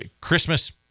Christmas